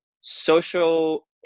social